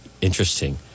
interesting